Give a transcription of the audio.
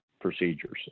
procedures